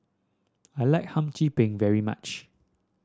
I like Hum Chim Peng very much